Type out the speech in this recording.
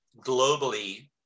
globally